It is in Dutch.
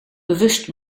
bewust